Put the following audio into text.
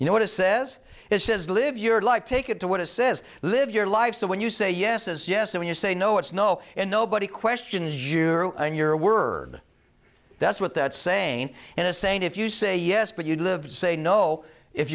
you know what it says it says live your life take it to what it says live your life so when you say yes as yes when you say no it's no and nobody questions you and your word that's what that saying and it's saying if you say yes but you live to say no if